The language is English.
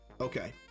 Okay